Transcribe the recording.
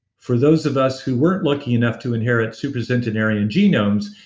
for those of us who weren't lucky enough to inherit supercentenarian genomes,